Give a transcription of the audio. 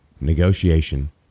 negotiation